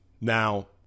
Now